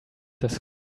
das